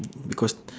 because